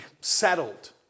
settled